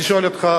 אני שואל אותך,